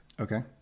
okay